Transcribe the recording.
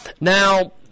Now